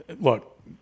look